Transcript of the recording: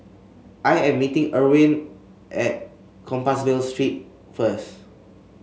I am meeting Irvin at Compassvale Street first